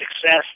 success